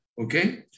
Okay